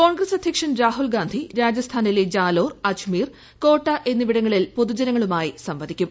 കോൺഗ്രസ് അധ്യക്ഷൻ രാഹുൽഗാന്ധി രാജസ്ഥാനിലെ ജാലോർ അജ്മീർ കോട്ട എന്നിവിടങ്ങളിൽ പൊതുജനങ്ങളുമായി സംവദിക്കും